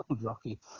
Rocky